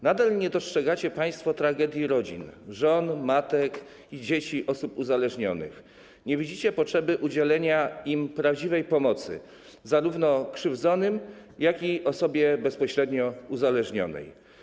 Nadal nie dostrzegacie państwo tragedii rodzin, żon, matek i dzieci osób uzależnionych, nie widzicie potrzeby udzielenia im prawdziwej pomocy, zarówno krzywdzonym, jak i osobie bezpośrednio uzależnionej.